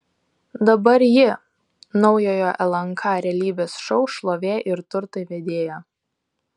dabar ji naujojo lnk realybės šou šlovė ir turtai vedėja